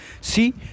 See